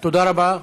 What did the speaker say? תודה רבה.